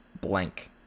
blank